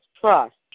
trust